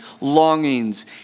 longings